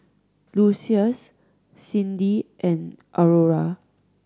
Lucius Cyndi and Aurora